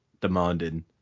demanding